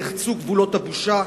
נחצו גבולות הבושה.